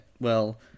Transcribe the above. well-